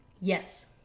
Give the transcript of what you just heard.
Yes